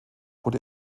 wurde